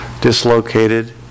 dislocated